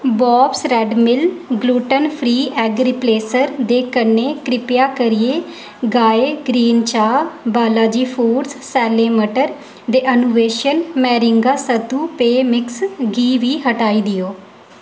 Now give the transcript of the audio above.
barbs red mill gluten free egg replacer दे कन्नै किरपा करियै गाय ग्रीन चाह् बालाजी फूड्स सैल्ले मटर दे अनुवेशन मैरिंगा सत्तू पेय मिक्स गी बी हटाई देओ